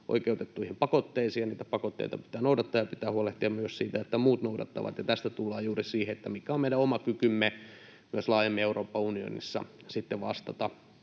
oikeutettuihin pakotteisiin, ja niitä pakotteita pitää noudattaa, ja pitää huolehtia myös siitä, että muut noudattavat. Tästä tullaan juuri siihen, mikä on meidän oma kykymme myös laajemmin Euroopan unionissa vastata